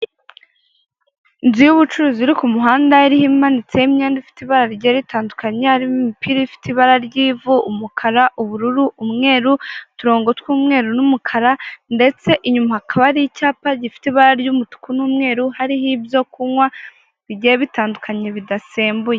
Inzu y'ubucuruzi iri ku muhanda, imanitseho imyenda ifite ibara rigiye ritandukanye, harimo imipira ifite ibara ry'ivu, umukara, ubururu, umweru, uturongo tw'umweru n'umukara ndetse inyuma hakaba hari icyapa gifite ibara ry'umutuku n'umweru hariho ibyo kunywa bigiye bitandukanye bidasembuye.